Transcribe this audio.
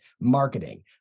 marketing